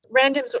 randoms